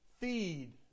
feed